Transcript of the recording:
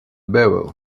barrow